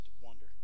wonder